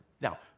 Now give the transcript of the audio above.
Now